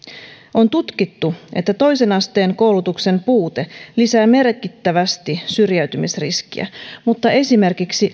on tutkittu että toisen asteen koulutuksen puute lisää merkittävästi syrjäytymisriskiä mutta esimerkiksi